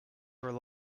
rely